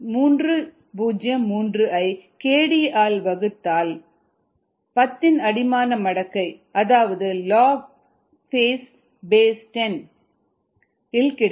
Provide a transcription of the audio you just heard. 303 ஐ kd ஆல் வகுத்தால் 10 ன் அடிமான மடக்கை அதாவது லாக் பேஸ் 10 இல் கிடைக்கும்